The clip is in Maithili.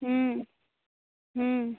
हूँ हूँ